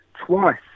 twice